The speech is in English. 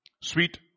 Sweet